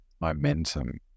momentum